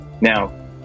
Now